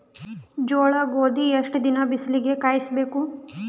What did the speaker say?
ಜೋಳ ಗೋಧಿ ಎಷ್ಟ ದಿನ ಬಿಸಿಲಿಗೆ ಹಾಕ್ಬೇಕು?